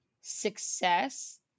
success